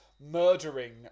murdering